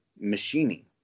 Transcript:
machining